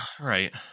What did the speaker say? right